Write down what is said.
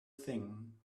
thing